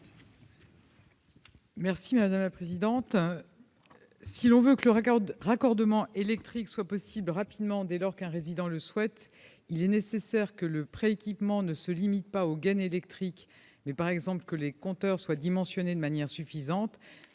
est à Mme la ministre. Si l'on veut que le raccordement électrique soit possible rapidement dès lors qu'un résident le souhaite, il est nécessaire que le pré-équipement ne se limite pas aux gaines électriques ; par exemple, les compteurs doivent être dimensionnés de manière suffisante.